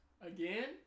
Again